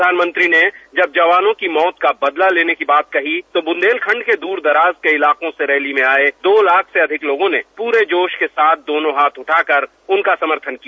प्रधानमंत्री ने जब जवानों की मौत का बदला लेने की बात कही तो बुंदेलखंड के दूर दराज के इलाकों से रैली में आये दो लाख से अधिक लोगों ने पूरे जोश के साथ दोनों हाथ उठाकर उनका समर्थन किया